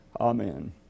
Amen